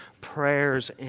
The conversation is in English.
prayers